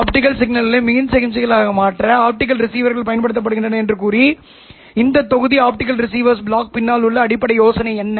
optical சிக்னல்களை மின் சமிக்ஞைகளாக மாற்ற ஆப்டிகல் ரிசீவர்கள் பயன்படுத்தப்படுகின்றன என்று கூறி இந்த தொகுதி ஆப்டிகல் ரிசீவர்ஸ் பிளாக் பின்னால் உள்ள அடிப்படை யோசனை என்ன